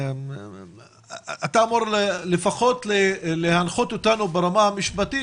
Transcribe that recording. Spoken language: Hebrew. אתה אמור לפחות להנחות אותנו ברמה המשפטית